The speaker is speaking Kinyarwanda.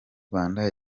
rwanda